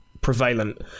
Prevalent